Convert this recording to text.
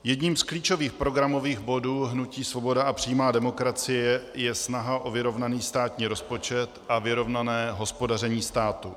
Jedním z klíčových programových bodů hnutí Svoboda a přímá demokracie je snaha o vyrovnaný státní rozpočet a vyrovnané hospodaření státu.